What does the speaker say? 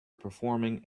performing